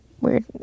weird